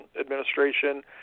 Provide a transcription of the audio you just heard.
administration